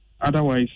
Otherwise